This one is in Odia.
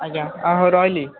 ଆଜ୍ଞା ହଉ ରହିଲି